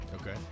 Okay